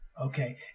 Okay